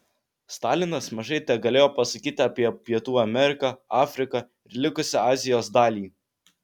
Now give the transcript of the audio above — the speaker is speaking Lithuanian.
stalinas mažai tegalėjo pasakyti apie pietų ameriką afriką ir likusią azijos dalį